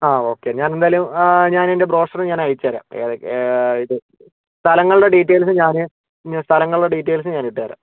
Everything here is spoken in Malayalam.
ആ ഓക്കെ ഞാനെന്തായാലും ഞാനിതിൻ്റെ ബ്രോഷർ ഞാൻ അയച്ചുതരാം ഏതൊക്കെ ഇത് സ്ഥലങ്ങളുടെ ഡീറ്റെയിൽസ് ഞാന് സ്ഥലങ്ങളുടെ ഡീറ്റെയിൽസും ഞാനിട്ടു തരാം